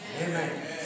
Amen